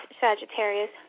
Sagittarius